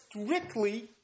strictly